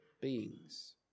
beings